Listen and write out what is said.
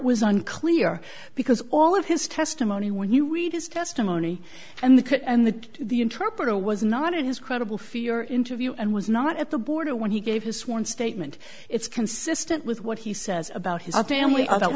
was unclear because all of his testimony when you read his testimony and the cut and the the interpreter was not as credible fear interview and was not at the border when he gave his sworn statement it's consistent with what he says about his family